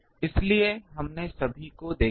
इसलिए हमने सभी को देखा है